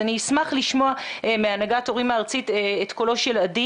אני אשמח לשמוע מהנהגת ההורים הארצית את קולה של עדי